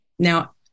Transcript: Now